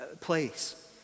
place